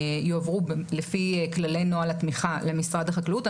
לפי כללי נוהל התמיכה למשרד החקלאות,